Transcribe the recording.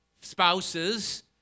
spouses